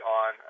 on